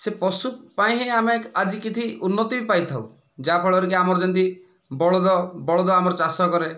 ସେ ପଶୁ ପାଇଁ ହିଁ ଆମେ ଆଜି କିଛି ଉନ୍ନତି ବି ପାଇଥାଉ ଯାହା ଫଳରେକି ଆମର ଯେମିତି ବଳଦ ବଳଦ ଆମର ଚାଷ କରେ